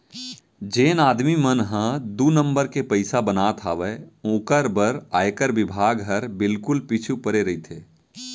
जेन आदमी मन ह दू नंबर के पइसा बनात हावय ओकर बर आयकर बिभाग हर बिल्कुल पीछू परे रइथे